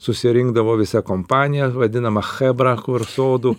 susirinkdavo visa kompanija vadinama chebra kur sodų